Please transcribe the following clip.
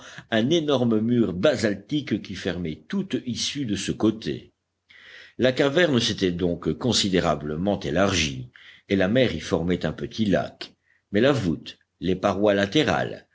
un énorme mur basaltique qui fermait toute issue de ce côté la caverne s'était donc considérablement élargie et la mer y formait un petit lac mais la voûte les parois latérales